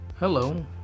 Hello